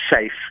safe